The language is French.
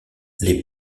les